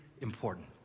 important